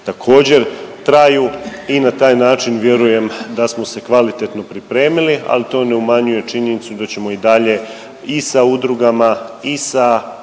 također traju i na taj način vjerujem da smo se kvalitetno pripremili, ali to ne umanjuje činjenicu da ćemo i dalje i sa udrugama i sa